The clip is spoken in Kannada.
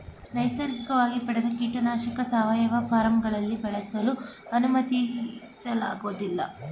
ನೈಸರ್ಗಿಕವಾಗಿ ಪಡೆದ ಕೀಟನಾಶಕನ ಸಾವಯವ ಫಾರ್ಮ್ಗಳಲ್ಲಿ ಬಳಸಲು ಅನುಮತಿಸಲಾಗೋದಿಲ್ಲ